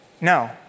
No